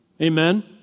Amen